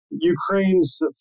Ukraine's